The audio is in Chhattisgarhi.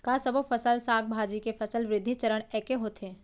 का सबो फसल, साग भाजी के फसल वृद्धि चरण ऐके होथे?